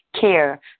care